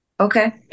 Okay